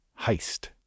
heist